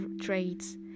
traits